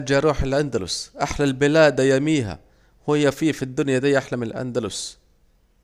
هرجع اروح الأندلس أحلى البلاد أياميها، وهو في الدنيا دية أحلى من الأدندلس